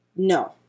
No